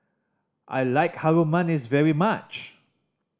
I like Harum Manis very much